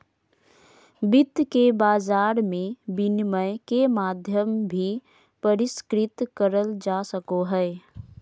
वित्त के बाजार मे विनिमय के माध्यम भी परिष्कृत करल जा सको हय